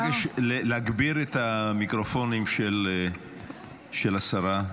מבקש להגביר את המיקרופונים של השרה.